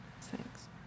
thanks